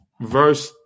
verse